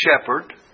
shepherd